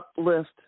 uplift